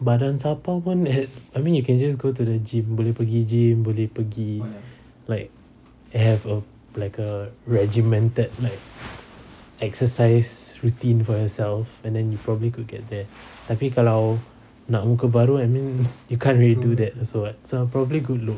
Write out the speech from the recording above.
badan sapau pun I mean you can just go to the gym boleh pergi gym boleh pergi like have a like a regimented like exercise routine for yourself and then you probably could get that tapi kalau nak muka baru I mean you can't really do that also [what] so probably good looks